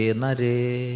nare